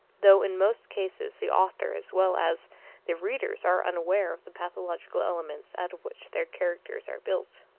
though in most cases the authors as well as the readers are unaware of the pathological elements out of which their characters are built.